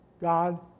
God